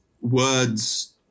words